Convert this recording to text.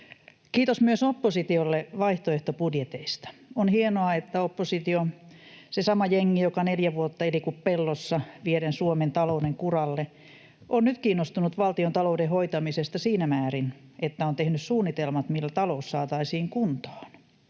Kiitos myös oppositiolle vaihtoehtobudjeteista. On hienoa, että oppositio, se sama jengi, joka neljä vuotta eli kuin pellossa vieden Suomen talouden kuralle, on nyt kiinnostunut valtiontalouden hoitamisesta siinä määrin, että on tehnyt suunnitelmat, millä talous saataisiin kuntoon.